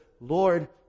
Lord